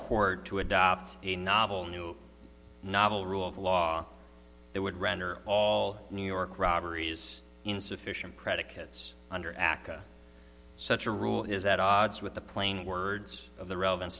court to adopt a novel new novel rule of law that would render all new york robberies insufficient predicates under aca such a rule is at odds with the plain words of the relevan